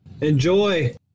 Enjoy